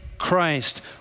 Christ